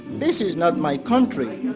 this is not my country.